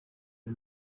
uyu